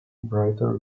brighter